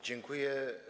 Dziękuję.